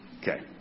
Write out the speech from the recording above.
Okay